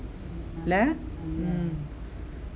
அவங்க:avanga mm